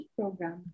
program